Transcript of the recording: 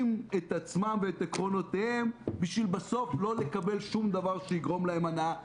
את עצמם ואת עקרונותיהם בשביל בסוף לא לקבל שום דבר שיגרום להם הנאה.